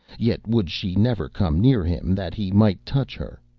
yet would she never come near him that he might touch her.